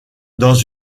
dans